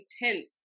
intense